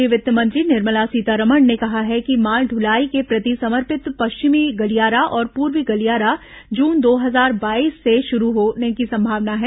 केन्द्रीय वित्त मंत्री निर्मला सीतारमण ने कहा है कि माल दुलाई के प्रति समर्पित पश्चिमी गलियारा और पूर्वी गलियारा जून दो हजार बाईस से शुरू होने की संभावना है